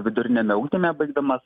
viduriniame ugdyme baigdamas